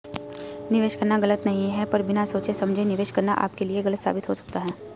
निवेश करना गलत नहीं है पर बिना सोचे समझे निवेश करना आपके लिए गलत साबित हो सकता है